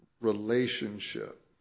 relationship